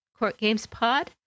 courtgamespod